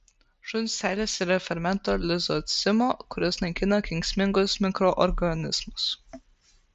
šuns seilėse yra fermento lizocimo kuris naikina kenksmingus mikroorganizmus